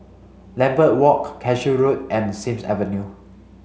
Lambeth Walk Cashew Road and Sims Avenue